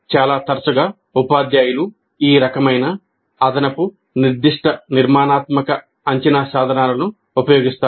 చాలా తరచుగా ఉపాధ్యాయులు ఈ రకమైన అదనపు నిర్దిష్ట నిర్మాణాత్మక అంచనా సాధనాలను ఉపయోగిస్తారు